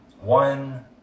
one